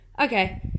okay